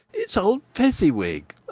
it's old fezziwig!